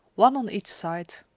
one on each side.